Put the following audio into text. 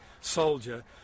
soldier